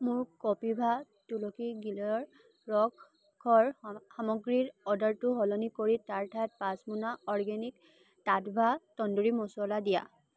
মোৰ কপিভা তুলসী গিলয়ৰ ৰস সৰ সামগ্ৰীৰ অৰ্ডাৰটো সলনি কৰি তাৰ ঠাইত পাঁচ মোনা অৰ্গেনিক টাট্টভা তন্দুৰী মচলা দিয়া